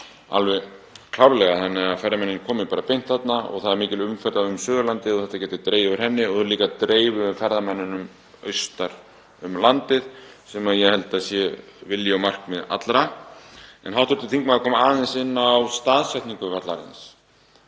alveg klárlega, þannig að ferðamennirnir komi bara beint þarna. Það er mikil umferð um Suðurlandið og þetta gæti dregið úr henni og eins dreifum við ferðamönnunum austar um landið, sem ég held að sé vilji og markmið allra. Hv. þingmaður kom aðeins inn á staðsetningu vallarins.